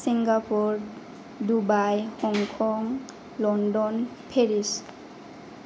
Singapore Dubai Hong Kong London Paris